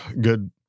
good